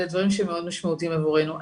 אלה דברים שהם מאוד משמעותיים עבורנו.